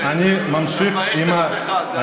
אתה מבייש את עצמך, זה הכול.